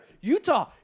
Utah